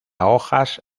hojas